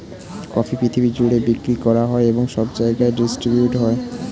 coffee পৃথিবী জুড়ে বিক্রি করা হয় এবং সব জায়গায় ডিস্ট্রিবিউট হয়